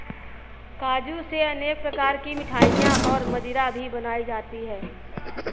काजू से अनेक प्रकार की मिठाईयाँ और मदिरा भी बनाई जाती है